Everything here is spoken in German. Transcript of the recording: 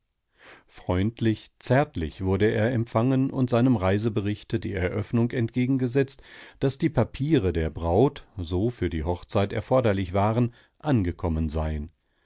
freundlich zärtlich wurde er empfangen und seinem reiseberichte die eröffnung entgegengesetzt daß die papiere der braut so für die hochzeit erforderlich waren angekommen seien